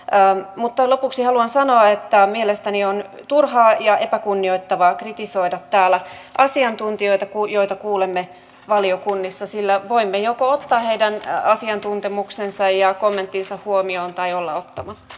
tänään mutta lopuksi haluan sanoa että on puhuttu ääripäistä ja epäkunnioittavaa kritisoida täällä asiantuntijoita kuulijoita kuulemme valiokunnissa sillä voimia koota heidän siitä ja tästä